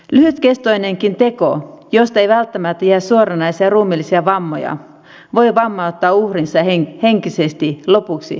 lyhytkestoinenkin teko josta ei välttämättä jää suoranaisia ruumiillisia vammoja voi vammauttaa uhrinsa henkisesti lopuksi ikäänsä